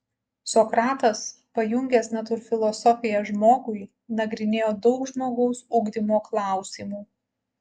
sokratas pajungęs natūrfilosofiją žmogui nagrinėjo daug žmogaus ugdymo klausimų